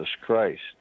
Christ